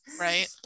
Right